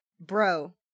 Bro